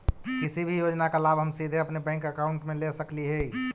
किसी भी योजना का लाभ हम सीधे अपने बैंक अकाउंट में ले सकली ही?